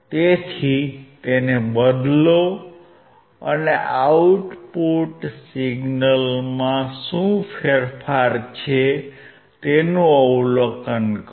તેથી તેને બદલો અને આઉટપુટ સિગ્નલમાં શું ફેરફાર છે તેનું અવલોકન કરો